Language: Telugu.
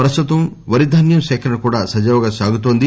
ప్రస్తుతం వరి ధాన్యం సేకరణ కూడా సజావుగా సాగుతోంది